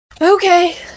Okay